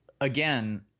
again